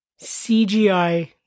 CGI